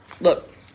Look